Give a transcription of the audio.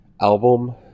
album